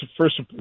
first